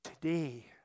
Today